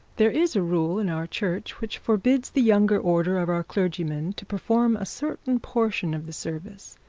there is a rule in our church which forbids the younger order of our clergymen to perform a certain portion of the service.